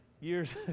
years